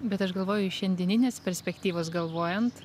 bet aš galvoju iš šiandieninės perspektyvos galvojant